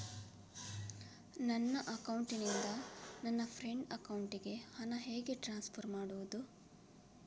ನನ್ನ ಅಕೌಂಟಿನಿಂದ ನನ್ನ ಫ್ರೆಂಡ್ ಅಕೌಂಟಿಗೆ ಹಣ ಹೇಗೆ ಟ್ರಾನ್ಸ್ಫರ್ ಮಾಡುವುದು?